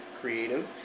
creative